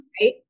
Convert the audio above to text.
right